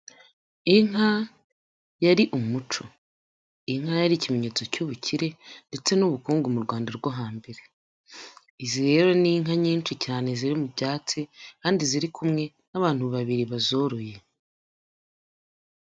Inka yari umuco. Inka yari ikimenyetso cy'ubukire ndetse n'ubukungu mu Rwanda rwo hambere. Izi rero ni inka nyinshi cyane ziri mu byatsi kandi ziri kumwe n'abantu babiri bazoroye.